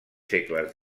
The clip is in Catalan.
segles